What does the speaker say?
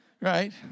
right